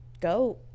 go